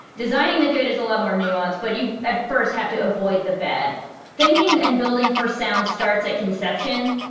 designing the good is a lot more nuanced but you at first have to avoid the bad thinking and building for sound starts at conception.